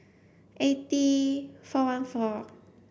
eighty four one four